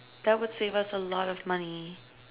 that would save us a lot of money